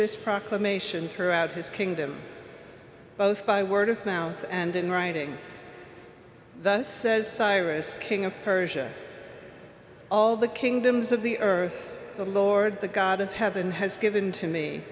this proclamation throughout his kingdom both by word of mouth and in writing thus says cyrus king of persia all the kingdoms of the earth the lord the god of heaven has given to me